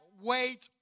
wait